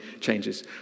changes